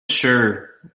sure